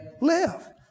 live